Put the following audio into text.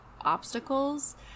obstacles